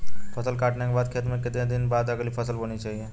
फसल काटने के बाद खेत में कितने दिन बाद अगली फसल बोनी चाहिये?